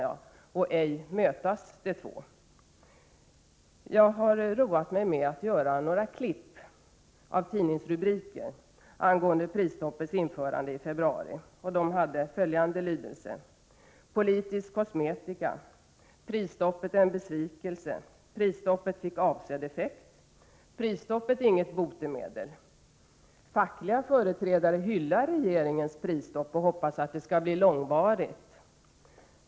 Jag har roat mig med att göra några ”klipp” av tidningsrubriker angående prisstoppets införande i februari. De hade följande lydelse: Politisk kosmetika. Prisstoppet en besvikelse. Prisstoppet fick avsedd effekt. Prisstopp inget botemedel. Fackliga företrädare hyllar regeringens prisstopp och hoppas att det skall bli långvarigt.